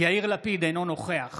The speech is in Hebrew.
יאיר לפיד, אינו נוכח